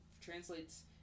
translates –